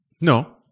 No